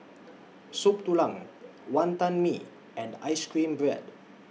Soup Tulang Wantan Mee and Ice Cream Bread